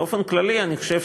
באופן כללי, אני חושב